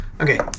Okay